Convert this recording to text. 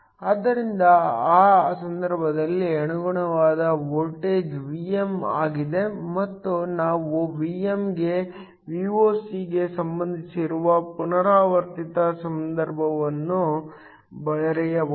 ಆದ್ದರಿಂದ ಆ ಸಂದರ್ಭದಲ್ಲಿ ಅನುಗುಣವಾದ ವೋಲ್ಟೇಜ್ Vm ಆಗಿದೆ ಮತ್ತು ನಾವು Vm ಗೆ Voc ಗೆ ಸಂಬಂಧಿಸಿರುವ ಪುನರಾವರ್ತಿತ ಸಂಬಂಧವನ್ನು ಬರೆಯಬಹುದು